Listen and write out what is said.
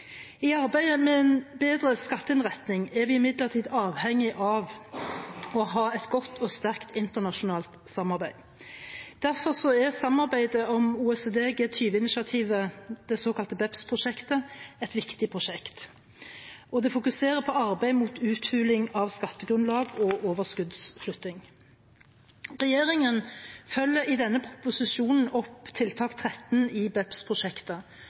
I arbeidet med en bedre skatteinnretning er vi imidlertid avhengig av å ha et godt og sterkt internasjonalt samarbeid. Derfor er samarbeidet om OECD/G20-initiativet, det såkalte BEPS-prosjektet, et viktig prosjekt. Det fokuserer på arbeid mot uthuling av skattegrunnlaget og overskuddsflytting. Regjeringen følger i denne proposisjonen opp tiltak 13 i